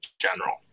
general